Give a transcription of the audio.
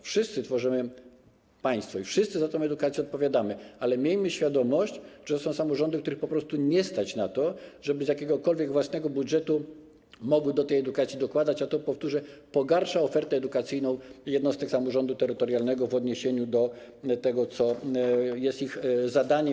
Wszyscy tworzymy państwo i wszyscy za tę edukację odpowiadamy, ale miejmy świadomość, że są samorządy, których po prostu nie stać na to, żeby z jakiegokolwiek własnego budżetu mogły do tej edukacji dokładać, a to, powtórzę, pogarsza ofertę edukacyjną jednostek samorządu terytorialnego w odniesieniu do tego, co jest ich zadaniem.